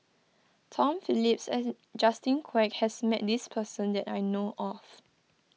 Tom Phillips Justin Quek has met this person that I know of